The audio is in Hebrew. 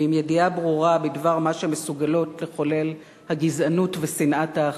ועם ידיעה ברורה בדבר מה שמסוגלות לחולל הגזענות ושנאת האחר.